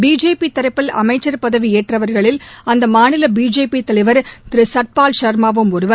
BJP தரப்பில் அமைச்சர் பதவி ஏற்றவர்களில் அந்த மாநில பிஜேபி தலைவர் திரு சத்பால் சர்மாவும் ஒருவர்